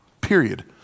period